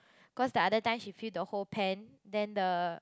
cause the other time she feel the whole pan then the